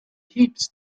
heaps